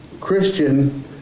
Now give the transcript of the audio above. Christian